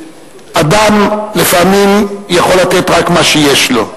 אדם לפעמים יכול לתת רק מה שיש לו.